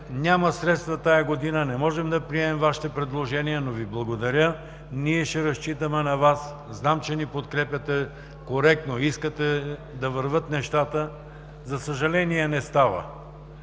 няма средства тази година; не можем да приемем Вашите предложения, но Ви благодарим; ние ще разчитаме на Вас; знаем, че ни подкрепяте коректно; искате да вървят нещата, за съжаление, не става.